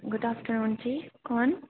good afternoon जी कौन